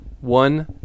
one